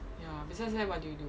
ya besides that what do you do